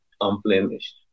unblemished